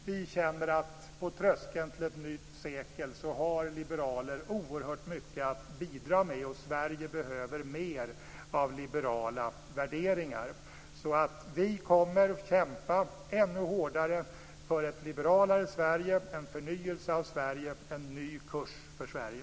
Vi känner att på tröskeln till ett nytt sekel har liberaler oerhört mycket att bidra med, och Sverige behöver mer av liberala värderingar. Vi kommer att kämpa ännu hårdare för ett liberalare Sverige, en förnyelse av Sverige, en ny kurs för Sverige.